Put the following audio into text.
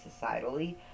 societally